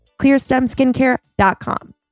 clearstemskincare.com